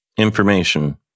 Information